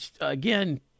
again